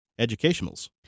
educationals